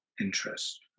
interest